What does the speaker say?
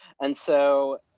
and so,